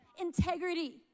integrity